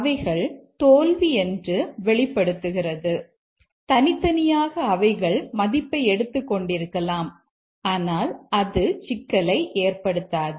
அவைகள் தோல்வி என்று வெளிப்படுத்துகிறது தனித்தனியாக அவைகள் மதிப்பை எடுத்துக் கொண்டிருக்கலாம் ஆனால் அது சிக்கலை ஏற்படுத்தாது